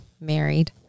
married